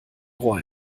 rohr